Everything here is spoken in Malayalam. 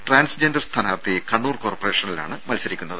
ട്രാൻസ്ജെൻഡർ സ്ഥാനാർത്ഥി കണ്ണൂർ കോർപ്പറേഷനിലാണ് മത്സരിക്കുന്നത്